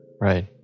Right